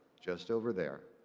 just over there.